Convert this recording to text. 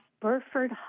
Burford